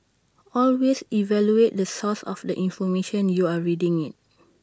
always evaluate the source of the information you're reading IT